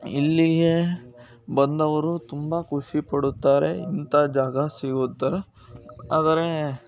ಇಲ್ಲಿಯೇ ಬಂದವರು ತುಂಬ ಖುಷಿ ಪಡುತ್ತಾರೆ ಇಂಥ ಜಾಗ ಸಿಗುತ್ತಾರೆ ಆದರೆ